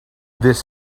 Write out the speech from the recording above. this